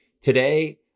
today